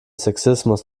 sexismus